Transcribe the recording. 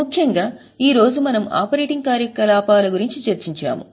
ముఖ్యంగా ఈ రోజు మనము ఆపరేటింగ్ కార్యకలాపాల గురించి చర్చించాము